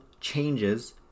changes